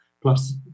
plus